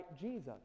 Jesus